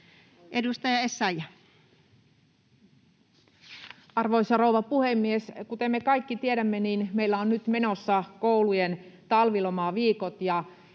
Edustaja Essayah. Arvoisa rouva puhemies! Kuten me kaikki tiedämme, niin meillä on nyt menossa koulujen talvilomaviikot.